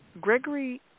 Gregory